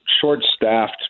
short-staffed